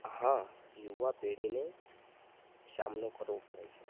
હા યુવા પેઢીને સામનો કરવો પડે છે